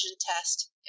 test